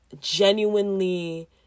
genuinely